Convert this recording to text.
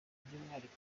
by’umwihariko